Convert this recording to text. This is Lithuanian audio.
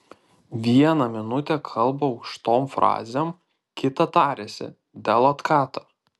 vieną minutę kalba aukštom frazėm kitą tariasi dėl otkato